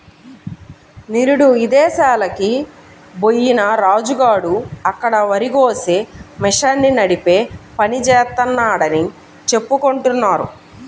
నిరుడు ఇదేశాలకి బొయ్యిన రాజు గాడు అక్కడ వరికోసే మిషన్ని నడిపే పని జేత్తన్నాడని చెప్పుకుంటున్నారు